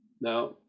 Now